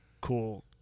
cool